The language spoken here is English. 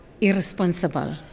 irresponsible